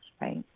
right